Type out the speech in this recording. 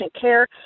care